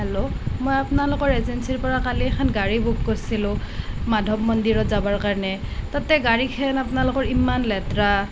hello মই আপোনালোকৰ এজেঞ্চীৰ পৰা কালি এখন গাড়ী বুক কৰিছিলোঁ মাধৱ মন্দিৰত যাবৰ কাৰণে তাতে গাড়ীখেন আপোনালোকৰ ইমান লেতেৰা